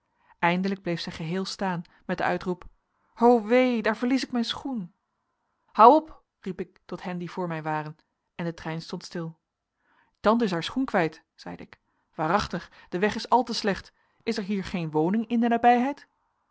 eindelijk bleef zij geheel staan met den uitroep o wee daar verlies ik mijn schoen hou op riep ik tot hen die voor mij waren en de trein stond stil tante is haar schoen kwijt zeide ik waarachtig de weg is al te slecht is er hier geen woning in de nabijheid